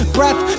Breath